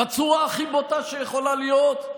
בצורה הכי בוטה שיכולה להיות.